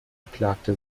beklagte